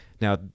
now